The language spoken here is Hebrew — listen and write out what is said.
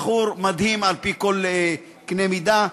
בחור מדהים על-פי כל קנה מידה.